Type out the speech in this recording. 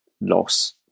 loss